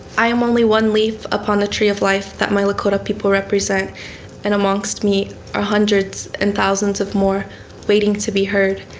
i am only one leaf upon the tree of life that my lakota people represent and amongst me are hundreds and thousands of more waiting to be heard.